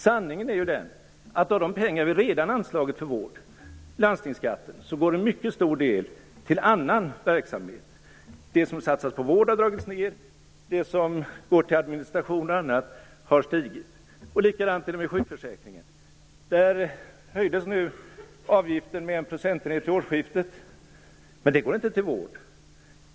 Sanningen är ju den att av de pengar vi redan anslagit för vård - landstingsskatten - går en mycket stor del till annan verksamhet. Den del som satsas på vård har minskat, och den del som går till administration och annat har ökat. Likadant är det med sjukförsäkringen. Där höjdes avgiften med en procentenhet vid årsskiftet, men denna höjning går inte till vård.